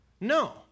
no